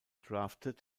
drafted